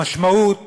המשמעות